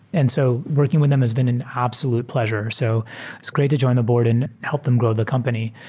and so working with them has been an absolute pleasure. so it's great to join the board and help them grow the company.